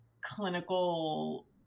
clinical